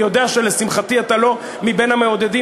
אני יודע, ולשמחתי, שאתה לא מבין המעודדים.